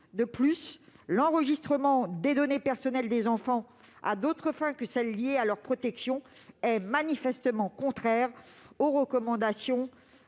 De plus, l'enregistrement des données personnelles des enfants à d'autres fins que celles qui sont liées à leur protection est manifestement contraire aux recommandations